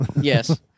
Yes